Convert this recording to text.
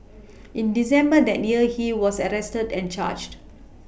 in December that near he was arrested and charged